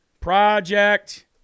Project